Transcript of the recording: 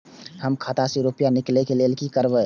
हम खाता से रुपया निकले के लेल की करबे?